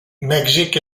mèxic